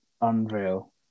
unreal